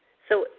so,